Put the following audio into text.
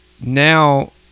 now